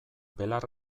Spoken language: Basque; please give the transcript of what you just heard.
belar